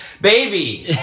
baby